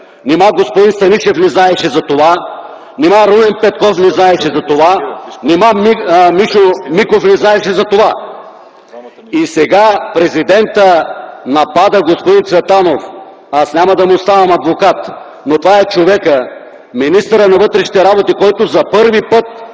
Нима господин Станишев не знаеше за това? Нима Румен Петков не знаеше за това? Нима Мишо Миков не знаеше за това? Сега Президентът напада господин Цветанов, аз няма да му ставам адвокат, но това е човекът – министърът на вътрешните работи, който за първи път